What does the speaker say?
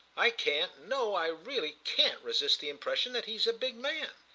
i can't, no, i really can't resist the impression that he's a big man.